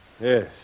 Yes